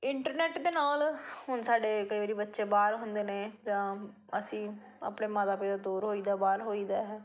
internet ਦੇ ਨਾਲ ਹੁਣ ਸਾਡੇ ਕਈ ਵਾਰੀ ਬੱਚੇ ਬਾਹਰ ਹੁੰਦੇ ਨੇ ਜਾਂ ਅਸੀਂ ਆਪਣੇ ਮਾਤਾ ਪਿਤਾ ਦੂਰ ਹੋਈ ਦਾ ਬਾਹਰ ਹੋਈ ਦਾ